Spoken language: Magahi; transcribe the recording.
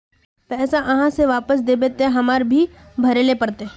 पैसा आहाँ के वापस दबे ते फारम भी भरें ले पड़ते?